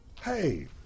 hey